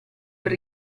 per